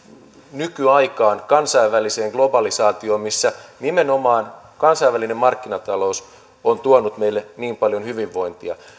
nykyaikaan kansainväliseen globalisaatioon missä nimenomaan kansainvälinen markkinatalous on tuonut meille niin paljon hyvinvointia